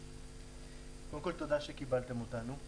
קודם כול תודה שקיבלתם אותנו.